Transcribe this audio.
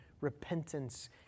repentance